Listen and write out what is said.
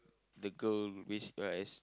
the girl which as